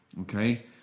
Okay